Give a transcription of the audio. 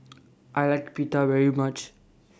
I like Pita very much